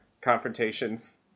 confrontations